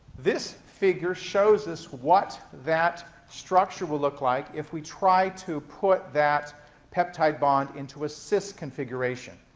this figure shows us what that structure will look like if we try to put that peptide bond into a cis configuration.